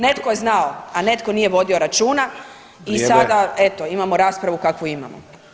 Netko je znao, a netko nije vodio računa i sada eto [[Upadica: Vrijeme.]] imamo raspravu kakvu imamo.